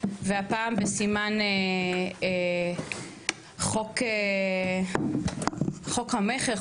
והפעם בסימן חוק המכר,